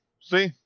See